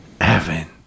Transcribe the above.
Evan